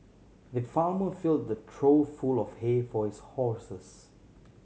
the farmer filled a trough full of hay for his horses